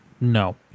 No